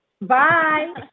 Bye